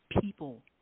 people